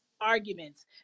arguments